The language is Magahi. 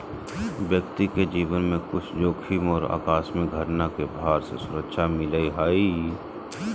व्यक्ति के जीवन में कुछ जोखिम और आकस्मिक घटना के भार से सुरक्षा मिलय हइ